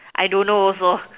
I don't know also